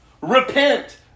Repent